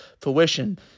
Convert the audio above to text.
fruition